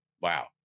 wow